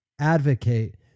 advocate